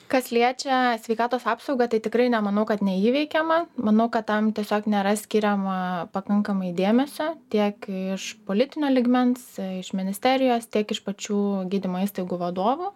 kas liečia sveikatos apsaugą tai tikrai nemanau kad neįveikiama manau kad tam tiesiog nėra skiriama pakankamai dėmesio tiek iš politinio lygmens iš ministerijos tiek iš pačių gydymo įstaigų vadovų